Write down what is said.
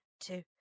two